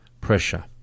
pressure